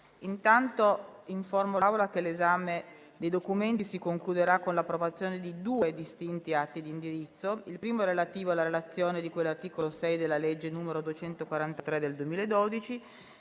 Informo l'Assemblea che l'esame del documento si concluderà con l'approvazione di due distinti atti di indirizzo: il primo, relativo alla relazione di cui all'articolo 6, comma 5, della legge n. 243 del 2012,